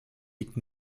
liegt